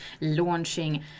launching